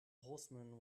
horseman